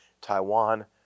Taiwan